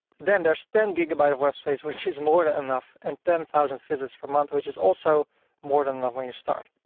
then there's ten gigabyte of web space which is more than enough and ten thousand visits per month which is also more than enough when you start.